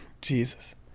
Jesus